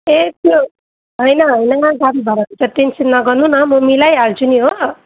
ए त्यो होइन होइन गाडी भाडाको त टेन्सन नगर्नू न म मिलाइहाल्छु नि हो